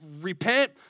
repent